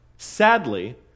Sadly